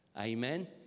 Amen